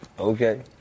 Okay